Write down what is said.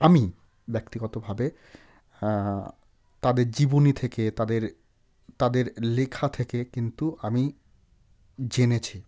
আমি ব্যক্তিগতভাবে তাঁদের জীবনী থেকে তাঁদের তাঁদের লেখা থেকে কিন্তু আমি জেনেছি